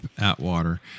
atwater